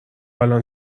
الان